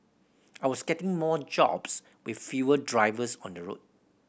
I was getting more jobs with fewer drivers on the road